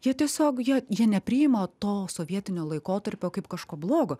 jie tiesiog jie jie nepriima to sovietinio laikotarpio kaip kažko blogo